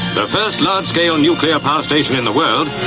the first large-scale nuclear power station in the world.